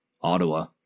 Ottawa